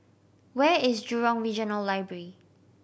where is Jurong Regional Library